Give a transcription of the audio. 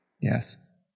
Yes